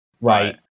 right